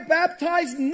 baptized